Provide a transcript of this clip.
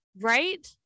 Right